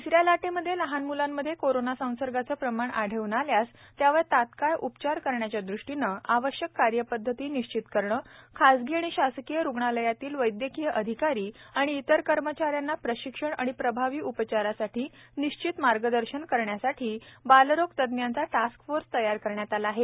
तिस या लाटेमध्ये लहान म्लांमध्ये कोरोना संसर्गाचे प्रमाण आढळून आल्यास त्यावर तात्काळ उपचार करण्याच्या दृष्टीने आवश्यक कार्यपद्धती निश्चित करणे खासगी व शासकीय रुग्णालयातील वैद्यकीय अधिकारी व इतर कर्मचारी यांना प्रशिक्षण व प्रभावी उपचारासाठी निश्चित मार्गदर्शन करण्यासाठी बालरोग तज्ज्ञांचा टास्क फोर्स तयार करण्यात आला आहे